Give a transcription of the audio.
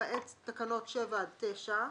למעט תקנות 7 עד 9,